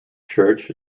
church